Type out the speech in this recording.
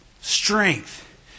strength